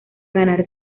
ganar